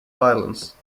violence